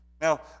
Now